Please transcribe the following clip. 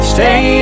Stay